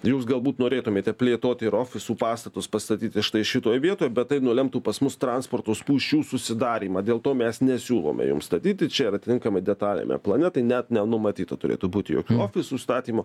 jūs galbūt norėtumėte plėtoti ir ofisų pastatus pastatyti štai šitoj vietoj bet tai nulemtų pas mus transporto spūsčių susidarymą dėl to mes nesiūlome jums statyti čia ir atitinkamai detaliame plane tai net nenumatyta turėtų būti jokių ofisų statymo